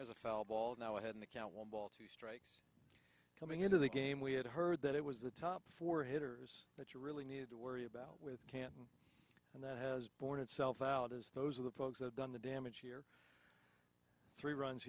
as a fell ball now ahead in the count one ball two strikes coming into the game we had heard that it was the top four hitters that you really need to worry about with canton and that has borne itself out as those are the folks who have done the damage here three runs